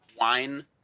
wine